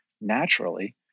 naturally